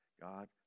God